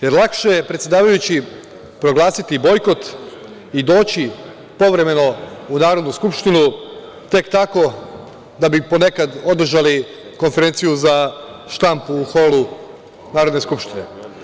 Jer, lakše je, predsedavajući, proglasiti bojkot i doći povremeno u Narodnu skupštinu, tek tako da bi ponekada održali konferenciju za štampu u holu Narodne skupštine.